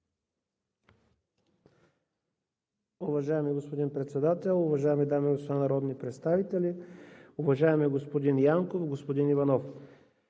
Уважаеми господин Председател, уважаеми дами и господа народни представители! Уважаеми господин Янков, с голям плам